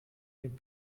dem